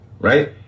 Right